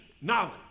knowledge